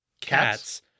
cats